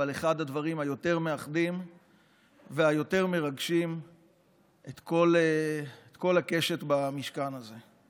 אבל אחד הדברים היותר-מאחדים והיותר-מרגשים את כל הקשת במשכן הזה.